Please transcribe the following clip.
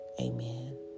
Amen